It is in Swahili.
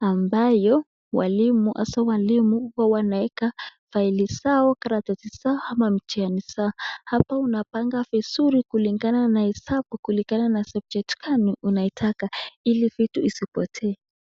ambayo walimu haswa walimu huwa wanaweka faili zao, karatasi zao ama mtihani zao. Hapa unapanga vizuri kulingana na hesabu kulingana na subject gani unaitaka ili vitu isipotee.